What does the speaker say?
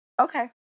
Okay